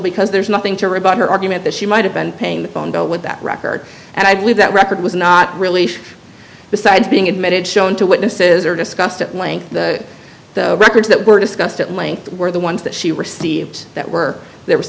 because there's nothing to rebut her argument that she might have been paying the phone bill with that record and i believe that record was not really besides being admitted shown to witnesses or discussed at length the records that were discussed at length were the ones that she received that were there w